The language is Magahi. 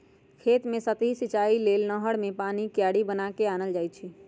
खेत कें सतहि सिचाइ लेल नहर कें पानी क्यारि बना क आनल जाइ छइ